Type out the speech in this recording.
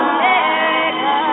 America